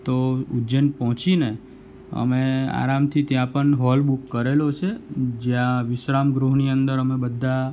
તો ઉજ્જૈન પહોંચીને અમે આરામથી ત્યાં પણ હૉલ બુક કરેલો છે જ્યાં વિશ્રામ ગૃહની અંદર અમે બધા